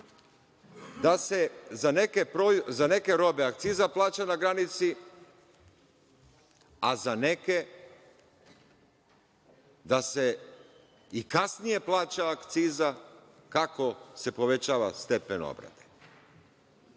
Da se za neke robe akciza plaća na granici, a za neke da se i kasnije plaća akciza kako se povećava stepen obrade.